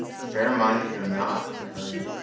fair-minded or not, hurry,